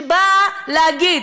שבאה להגיד: